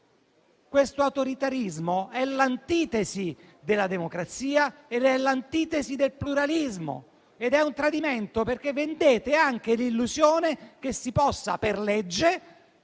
Questo autoritarismo è l'antitesi della democrazia ed è l'antitesi del pluralismo. È un tradimento perché vendete anche l'illusione che si possa per legge